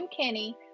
Kenny